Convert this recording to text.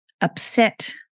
upset